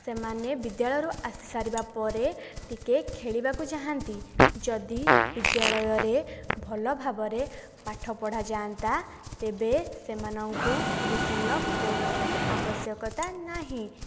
ସେମାନେ ବିଦ୍ୟାଳୟରୁ ଆସି ସାରିବା ପରେ ଟିକିଏ ଖେଳିବାକୁ ଚାହାନ୍ତି ଯଦି ବିଦ୍ୟାଳୟରେ ଭଲ ଭାବରେ ପାଠ ପଢ଼ା ଯାଆନ୍ତା ତେବେ ସେମାନଙ୍କୁ ଟ୍ୟୁସନର କୌଣସି ଆବଶ୍ୟକତା ନାହିଁ